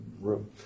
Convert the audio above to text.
Room